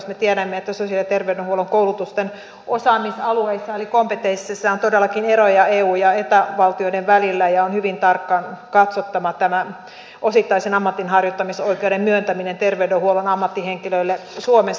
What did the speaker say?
me tiedämme että sosiaali ja terveydenhuollon koulutusten osaamisalueissa eli kompetensseissa on todellakin eroja eu ja eta valtioiden välillä ja on hyvin tarkkaan katsottava tämä osittaisen ammatinharjoittamisoikeuden myöntäminen terveydenhuollon ammattihenkilöille suomessa